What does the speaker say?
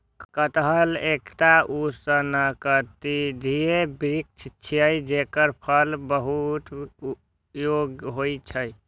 कटहल एकटा उष्णकटिबंधीय वृक्ष छियै, जेकर फल बहुपयोगी होइ छै